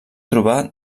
trobar